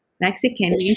Mexican